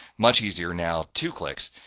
much easier now, two clicks,